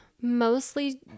mostly